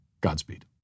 Godspeed